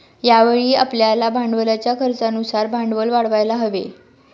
यावेळी आपल्याला भांडवलाच्या खर्चानुसार भांडवल वाढवायला हवे